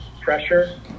pressure